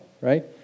right